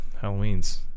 Halloween's